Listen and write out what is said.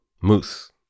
moose